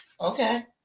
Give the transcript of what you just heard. Okay